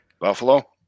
Buffalo